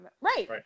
Right